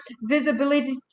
visibility